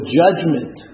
judgment